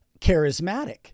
charismatic